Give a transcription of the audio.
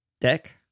deck